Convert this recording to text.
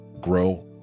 grow